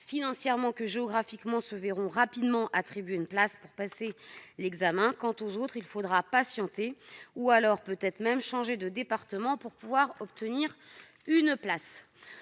financièrement que géographiquement, se verront rapidement attribuer une place pour passer l'examen ; les autres devront patienter, voire changer de département, pour pouvoir obtenir une place.